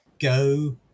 Go